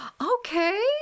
okay